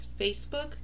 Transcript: Facebook